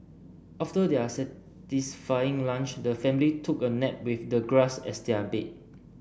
after their satisfying lunch the family took a nap with the grass as their bed